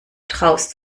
traust